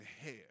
hair